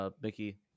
Mickey